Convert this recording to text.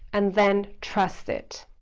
and then trust it.